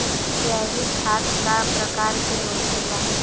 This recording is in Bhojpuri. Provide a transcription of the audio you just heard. जैविक खाद का प्रकार के होखे ला?